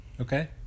Okay